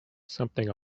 something